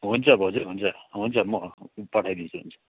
हुन्छ भाउजू हुन्छ म पठाइदिन्छु हुन्छ